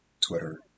Twitter